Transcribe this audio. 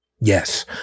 yes